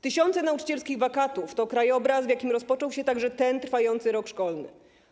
Tysiące nauczycielskich wakatów to krajobraz, w jakim rozpoczął się także ten trwający rok szkolny.